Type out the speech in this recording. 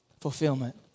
fulfillment